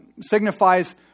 signifies